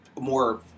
more